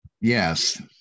yes